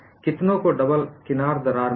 कितनों को डबल किनार दरार मिली